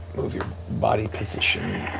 move your body position